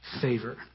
favor